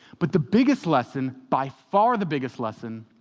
but the biggest lesson, by far the biggest lesson,